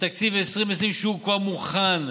את תקציב 2020, שהוא כבר מוכן,